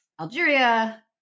Algeria